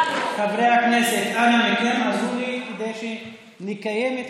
חברי הכנסת, אנא מכם, עזרו לי, כדי שנקיים את